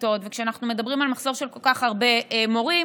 כיתות וכשאנחנו מדברים על מחסור של כל כך הרבה מורים,